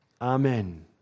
Amen